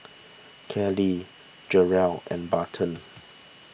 Callie Jarrell and Barton